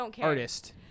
artist